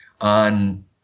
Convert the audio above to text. on